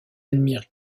admire